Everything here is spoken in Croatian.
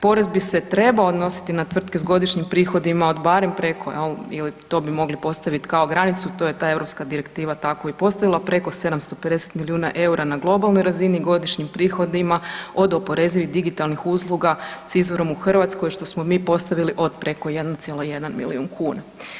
Porez bi se trebao odnositi na tvrtke s godišnjim prihodima od barem preko jel ili to bi mogli postavit kao granicu, to je ta europska direktiva tako i postavila, preko 750 milijuna EUR-a na globalnoj razini godišnjim prihodima od oporezivih digitalnih usluga s izvorom u Hrvatskoj, što smo mi postavili od preko 1,1 milijun kuna.